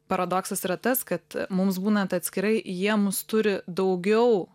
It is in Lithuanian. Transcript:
paradoksas yra tas kad mums būnant atskirai jie mus turi daugiau